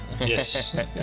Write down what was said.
Yes